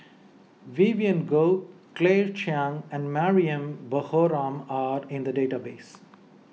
Vivien Goh Claire Chiang and Mariam Baharom are in the database